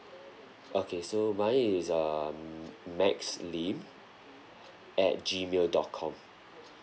okay so my is err max lim at gmail dot com